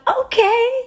okay